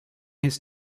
his